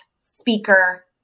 speaker